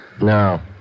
No